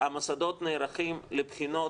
המוסדות נערכים לבחינות,